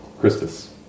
Christus